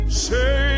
say